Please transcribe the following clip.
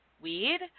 weed